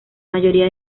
mayoría